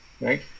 right